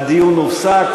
הדיון הופסק,